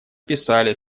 писали